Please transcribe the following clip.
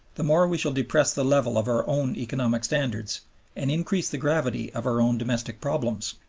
the more we shall depress the level of our own economic standards and increase the gravity of our own domestic problems.